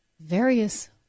Various